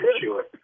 sure